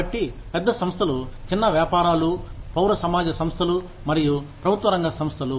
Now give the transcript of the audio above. కాబట్టి పెద్ద సంస్థలు చిన్న వ్యాపారాలు పౌర సమాజ సంస్థలు మరియు ప్రభుత్వ రంగ సంస్థలు